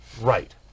Right